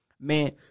man